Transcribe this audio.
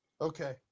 okay